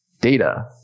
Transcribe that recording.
Data